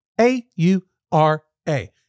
A-U-R-A